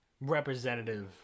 Representative